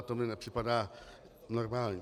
To mi nepřipadá normální.